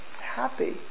happy